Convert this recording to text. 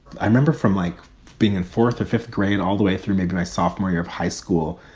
i remember from like being in fourth or fifth grade all the way through maybe my sophomore year of high school,